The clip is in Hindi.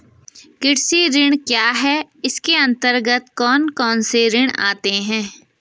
कृषि ऋण क्या है इसके अन्तर्गत कौन कौनसे ऋण आते हैं?